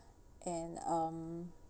and um